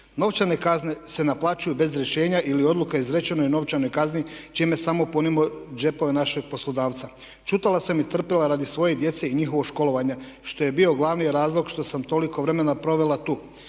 Novčane kazne se naplaćuju bez rješenja ili odluka izrečena o novčanoj kazni čime samo punimo džepove našeg poslodavaca. Čutela sam i trpila radi svoje djece i njihovog školovanja što je bio glavni razlog što sam toliko vremena provela tu.